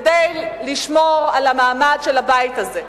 כדי לשמור על המעמד של הבית הזה.